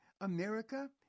America